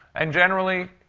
and generally,